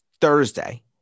Thursday